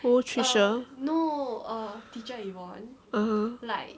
who tricia (uh huh)